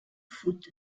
foot